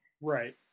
right